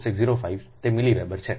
4605 છે તે milliweber છે